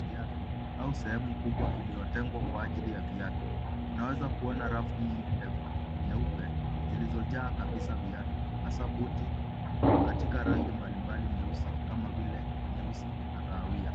Viatu au sehemu kubwa iliyotengwa kwa ajili ya viatu. Unaweza kuona rafu nyingi ndefu nyeupe zilizojaa kabisa viatu, hasa buti, katika rangi mbalimbali nyeusi kama vile nyeusi na kahawia.